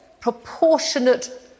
proportionate